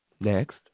Next